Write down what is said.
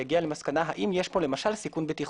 ויגיע למסקנה האם יש פה למשל סיכון בטיחותי.